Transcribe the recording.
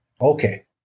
Okay